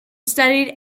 studied